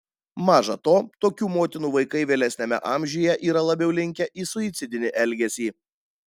maža to tokių motinų vaikai vėlesniame amžiuje yra labiau linkę į suicidinį elgesį